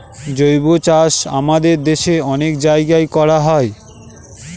জৈবচাষ আমাদের দেশে অনেক জায়গায় করা হয়